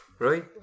Right